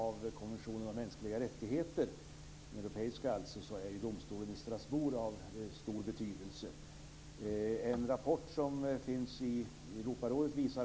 Det är för tidigt att nu ta upp detta.